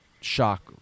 shock